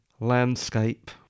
landscape